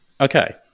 okay